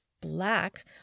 black